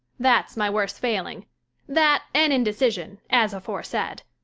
that's my worst failing that, and indecision, as aforesaid.